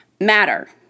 matter